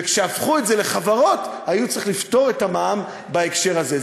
וכשהפכו את זה לחברות היו צריכים לפטור מהמע"מ בהקשר הזה.